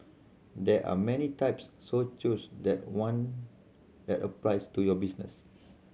there are many types so choose the one that applies to your business